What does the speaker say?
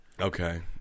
Okay